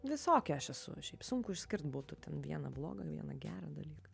visokia aš esu šiaip sunku išskirti būtų ten vieną blogą vieną gerą dalyką